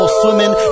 swimming